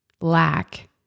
lack